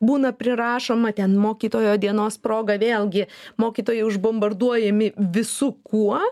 būna prirašoma ten mokytojo dienos proga vėlgi mokytojai užbombarduojami visu kuo